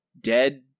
dead